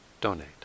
donate